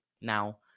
now